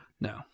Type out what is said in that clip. No